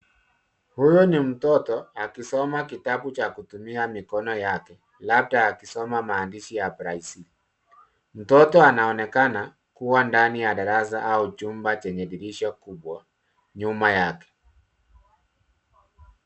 Huyu ni mtoto akisoma kitabu cha kutumia mikono yake, labda akisoma maandishi ya braille . Mtoto anaonekana kuwa ndani ya darasa au chumba chenye dirisha kubwa nyuma yake.